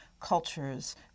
cultures